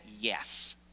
yes